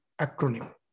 acronym